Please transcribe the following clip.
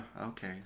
Okay